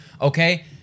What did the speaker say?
Okay